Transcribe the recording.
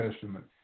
Testament